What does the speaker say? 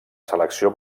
selecció